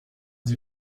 sie